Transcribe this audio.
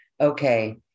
Okay